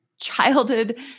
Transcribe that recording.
childhood